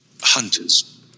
Hunters